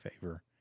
favor